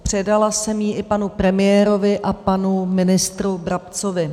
Předala jsem ji i panu premiérovi a panu ministru Brabcovi.